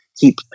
keep